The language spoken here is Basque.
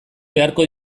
beharko